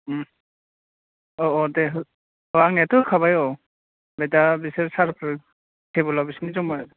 औ औ दे आंनियाथ' होखाबाय औ ओमफ्राय दा बिसोर सार फोर थेबोल आव बिसोरनि जमा